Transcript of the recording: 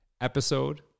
episode